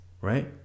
right